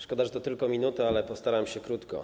Szkoda, że to tylko 1 minuta, ale postaram się krótko.